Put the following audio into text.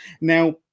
Now